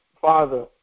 father